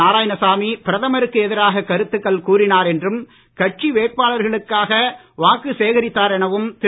நாராயணசாமி பிரதமருக்கு எதிராக கருத்துக்கள் கூறினார் என்றும் கட்சி வேட்பாளர்களுக்காக வாக்கு சேகரித்தார் எனவும் திரு